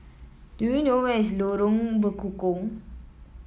do you know where is Lorong Bekukong